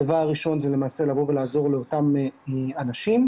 הדבר הראשון זה לעזור לאותם אנשים.